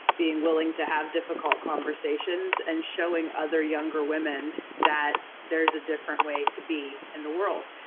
being willing to have difficult conversations and showing other younger women that there is a different way to be in the world.